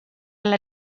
alla